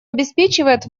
обеспечивает